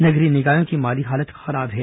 नगरीय निकायों की माली हालत खराब है